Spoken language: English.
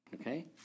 Okay